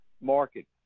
market